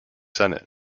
senate